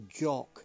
Jock